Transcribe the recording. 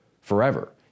forever